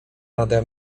nade